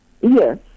Yes